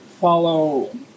follow